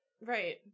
Right